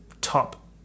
top